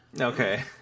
okay